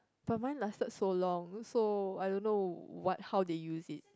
but mine lasted so long so I don't know what how they used it